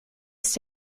ist